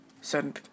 certain